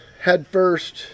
headfirst